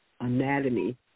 anatomy